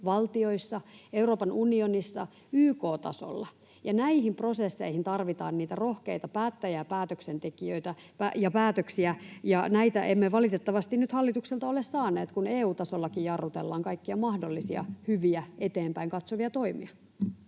valtioissa, Euroopan unionissa ja YK-tasolla. Näihin prosesseihin tarvitaan niitä rohkeita päättäjiä, päätöksentekijöitä ja päätöksiä, ja näitä emme valitettavasti nyt hallitukselta ole saaneet, kun EU-tasollakin jarrutellaan kaikkia mahdollisia hyviä, eteenpäin katsovia toimia.